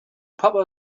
papa